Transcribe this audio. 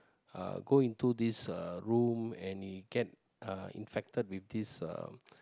uh go into this uh room and he get uh infected with this uh